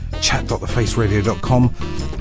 chat.thefaceradio.com